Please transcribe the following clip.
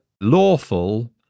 lawful